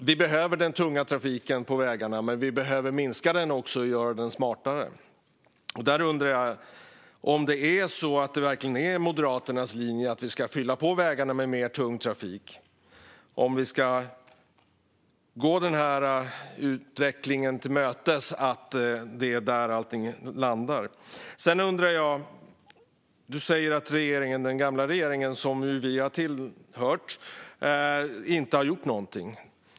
Vi behöver den tunga trafiken på vägarna, men vi behöver också minska den och göra den smartare. Jag undrar om det verkligen är Moderaternas linje att vi ska fylla vägarna med mer tung trafik och om vi ska gå den utvecklingen till mötes att det är där allting landar. Du säger att den gamla regeringen, som vi har tillhört, inte har gjort någonting.